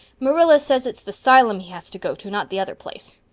marilla says its the silem he has to go to not the other place.